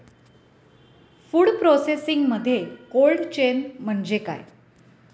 Food प्रोसेसिंगमध्ये cold chain म्हणजे काय?